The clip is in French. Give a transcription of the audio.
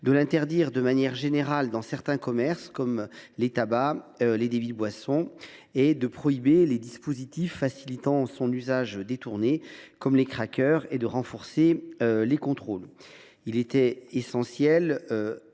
mais aussi de manière générale dans certains commerces, comme les débits de tabac et les débits de boissons, de prohiber les dispositifs facilitant les usages détournés, comme les « crackers », et de renforcer les contrôles. Il était essentiel